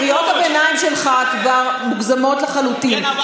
קריאות הביניים שלך כבר מוגזמות לחלוטין,